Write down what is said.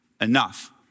Enough